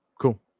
Cool